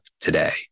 today